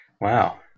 Wow